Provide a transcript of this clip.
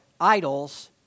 idols